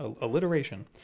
Alliteration